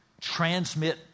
transmit